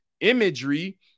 imagery